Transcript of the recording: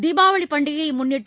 தீபாவளிப் பண்டிகையை முன்னிட்டு